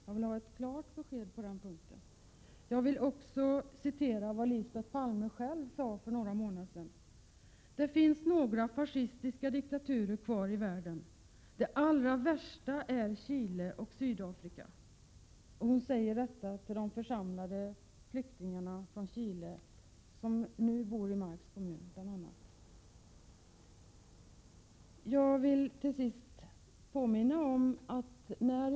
Jag vill ha ett klart besked på den punkten. Jag vill också hänvisa till vad Lisbet Palme sade för några månader sedan. Hon sade att det finns några fascistiska diktaturer kvar i världen, och att de allra värsta är Chile och Sydafrika. Detta sade hon till de församlade flyktingarna från Chile, vilka nu som jag antydde bor bl.a. i Marks kommun.